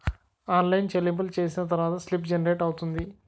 online చెల్లింపులు చేసిన తర్వాత స్లిప్ జనరేట్ అవుతుంది